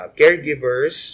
caregivers